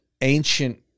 ancient